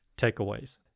takeaways